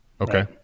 Okay